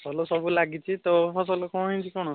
ଭଲ ସବୁ ଲାଗିଛି ତୋ ଫସଲ କ'ଣ ହେଇଛି କ'ଣ